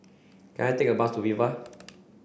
can I take a bus to Viva